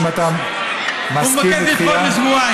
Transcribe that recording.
האם אתה מסכים לדחייה?